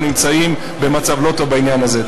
נמצאים במצב לא טוב בעניין הזה.